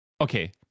okay